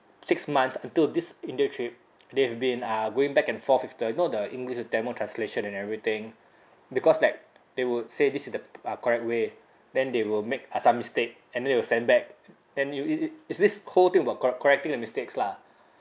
six months until this india trip they've been uh going back and forth with the you know the english to tamil translation and everything because like they would say this is the uh correct way then they will make uh some mistake and then they will send back then it it it's this whole thing about corre~ correcting the mistakes lah